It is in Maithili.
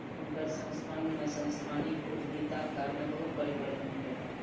हुनकर संस्थान में सांस्थानिक उद्यमिताक कारणेँ बहुत परिवर्तन भेलैन